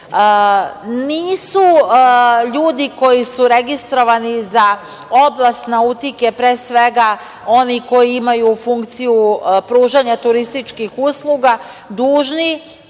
Nisu ljudi koji su registrovani za oblast nautike, pre svega, oni koji imaju funkciju pružanja turističkih usluga, dužni